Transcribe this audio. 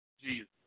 Jesus